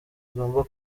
igomba